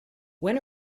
when